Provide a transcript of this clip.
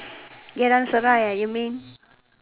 Geylang-Serai you mean